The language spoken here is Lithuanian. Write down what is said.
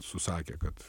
susakė kad